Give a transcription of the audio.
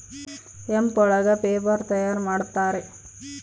hemp ಒಳಗ paper ತಯಾರ್ ಮಾಡುತ್ತಾರೆ